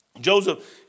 Joseph